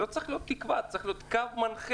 לא צריכה להיות תקווה אלא צריך להיות קו מנחה.